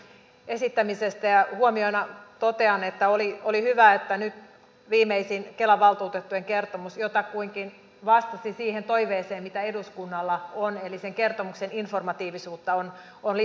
huomiona totean että oli hyvä että nyt viimeisin kelan valtuutettujen kertomus jotakuinkin vastasi siihen toiveeseen mitä eduskunnalla on eli sen kertomuksen informatiivisuutta on lisätty